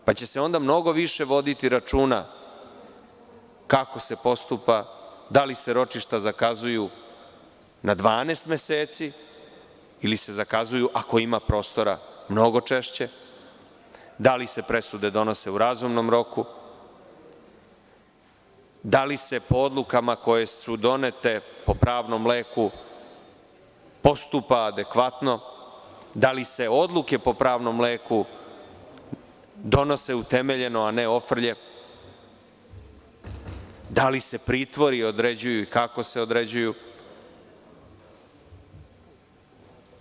U tom slučaju će se mnogo više voditi računa kako se postupa, da li se ročišta zakazuju na 12 meseci ili se zakazuju, ako ima prostora, mnogo češće, da li se presude donose u razumnom roku, da li se po odlukama koje su donete po pravnom leku postupa adekvatno, da li se odluke po pravnom leku donose utemeljeno a ne ofrlje, da li se pritvori određuju i kako se određuju, itd.